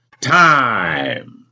time